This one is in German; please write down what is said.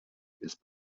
ist